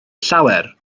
llawer